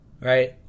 right